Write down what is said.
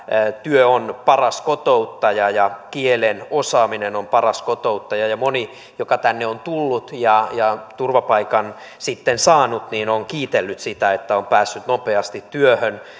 työ on paras kotouttaja ja kielen osaaminen on paras kotouttaja moni joka tänne on tullut ja ja turvapaikan sitten saanut on kiitellyt sitä että on päässyt nopeasti työhön